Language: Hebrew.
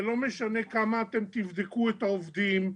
זה לא משנה כמה אתם תבדקו את העובדים.